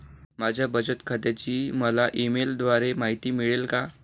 माझ्या बचत खात्याची मला ई मेलद्वारे माहिती मिळेल का?